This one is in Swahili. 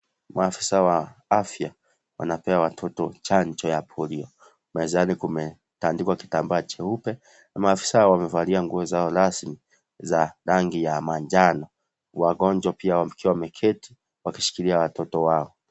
Maafisa wa afya wanapea watoto chanjo ya polio, mezani kumetandikwa kitambaa cheupe na maafisa wamevalia nguo zao rasmi za rangi ya manjano wagonjwa pia wamefikiwa waketi wakishikilia watoto wao.